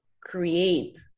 create